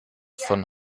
von